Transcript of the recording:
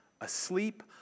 asleep